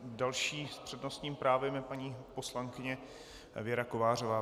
Další s přednostním právem je paní poslankyně Věra Kovářová.